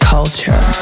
Culture